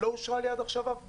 לא אושרה לי עד עכשיו שום פגישה,